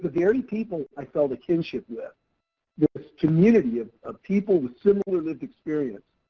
very people i felt a kinship with this community of ah people with similar lived experience,